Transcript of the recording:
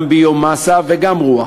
גם ביומסה וגם רוח